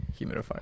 humidifier